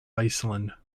iceland